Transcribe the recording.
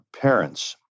parents